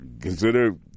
consider